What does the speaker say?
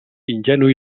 ingenu